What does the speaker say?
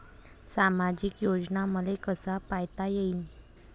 सामाजिक योजना मले कसा पायता येईन?